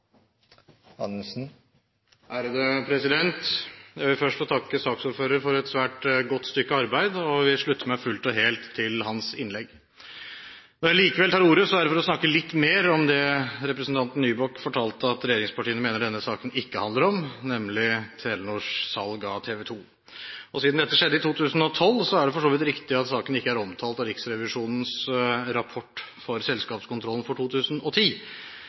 Jeg vil først få takke saksordføreren for et svært godt stykke arbeid, og jeg vil slutte meg fullt og helt til hans innlegg. Når jeg likevel tar ordet, er det for å snakke litt mer om det representanten Nybakk fortalte at regjeringspartiene mener denne saken ikke handler om, nemlig Telenors salg av TV 2. Siden dette skjedde i 2012, er det for så vidt riktig at saken ikke er omtalt av Riksrevisjonens rapport for selskapskontrollen for 2010.